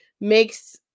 makes